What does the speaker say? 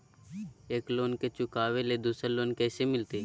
एक लोन के चुकाबे ले दोसर लोन कैसे मिलते?